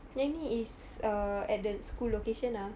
yang ni is uh at the school location ah